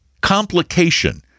complication